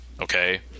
Okay